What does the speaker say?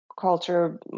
culture